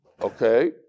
Okay